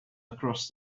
across